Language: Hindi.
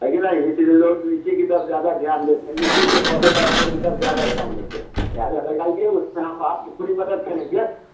है कि नहीं इसीलिए लोग लीची की तरफ़ ज़्यादा ध्यान देते हैं लीची के पौधे लगाने की तरफ़ ज़्यादा ध्यान देते हैं लगाइए उसके बाद हम आपकी पूरी मदद करेंगे